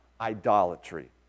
idolatry